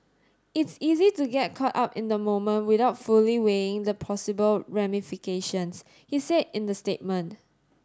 it's easy to get caught up in the moment without fully weighing the possible ramifications he said in the statement